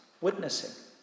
witnessing